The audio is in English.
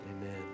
amen